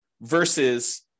versus